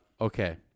okay